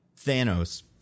Thanos